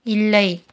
இல்லை